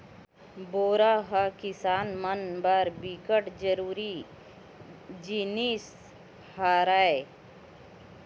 बोरा ह किसान मन बर बिकट जरूरी जिनिस हरय